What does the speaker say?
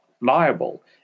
liable